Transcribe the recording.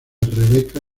rebecca